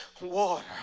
water